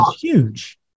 huge